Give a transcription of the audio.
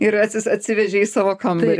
ir atsis atsivežei savo kambarį